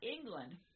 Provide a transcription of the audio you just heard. England